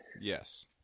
Yes